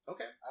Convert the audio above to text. Okay